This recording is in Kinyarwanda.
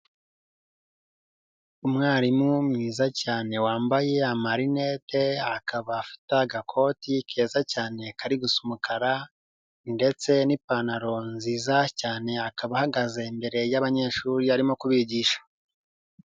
Umwarimu mwiza cyane wambaye amalinete, akaba afite agakoti keza cyane kari gusa umukara, ndetse n'ipantaro nziza cyane, akaba ahagaze imbere y'abanyeshuri arimo kubigisha.